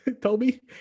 Toby